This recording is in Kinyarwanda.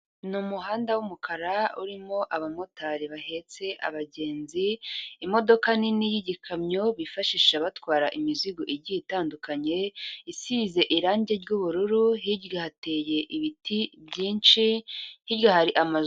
Numuhanda wumukara urimo abamotari bahetse abagenzi imodoka nini y'igikamyo bifashisha batwara imizigo igiye itandukanye isize irangi ry'ubururu hirya hateye ibiti byinshi hirya hari amazu.